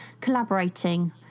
collaborating